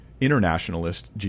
internationalist